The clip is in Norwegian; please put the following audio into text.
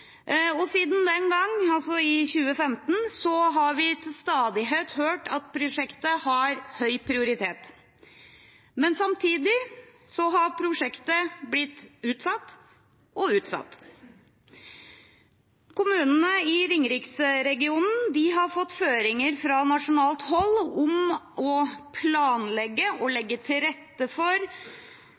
fjor. Siden 2015 har vi til stadighet hørt at prosjektet har høy prioritet. Samtidig har prosjektet blitt utsatt og utsatt. Kommunene i ringeriksregionen har fått føringer fra nasjonalt hold om å planlegge og legge til rette for